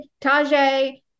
Tajay